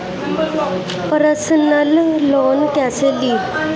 Personal loan कैसे ली?